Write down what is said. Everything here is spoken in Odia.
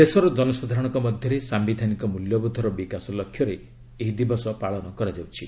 ଦେଶର ଜନସାଧାରଣଙ୍କ ମଧ୍ୟରେ ସାୟିଧାନିକ ମ୍ବଲ୍ୟବୋଧର ବିକାଶ ଲକ୍ଷ୍ୟରେ ଏହି ଦିବସ ପାଳନ କରାଯାଉଛି